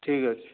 ଠିକ୍ ଅଛି